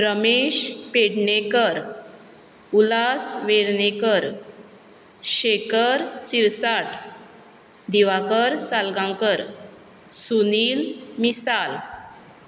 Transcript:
Ramesh Pednekar Ulhas Vernekar Shekhar Sirsat Diwakar Salgaonkar Sunil Misal